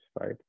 right